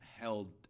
held